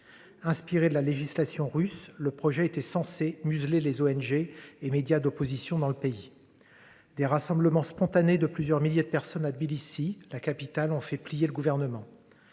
Inspirée de la législation russe, le projet était censé museler les ONG et médias d'opposition dans le pays. Des rassemblements spontanés de plusieurs milliers de personnes à Tbilissi, la capitale ont fait plier le gouvernement.